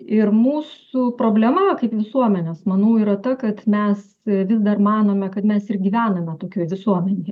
ir mūsų problema kaip visuomenės manau yra ta kad mes vis dar manome kad mes ir gyvename tokioj visuomenėj